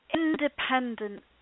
independent